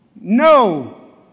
no